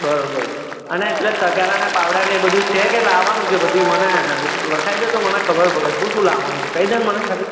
બરાબર છે અને પેલાં તગારાંને પાવડાને એ બધું છે કે લાવવાનું છે બધી મને લખાવી દે તો મને ખબર પડે શું શું લાવવાનું છે કહી દે ને મને ખાલી